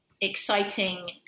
exciting